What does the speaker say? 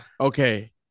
Okay